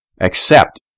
accept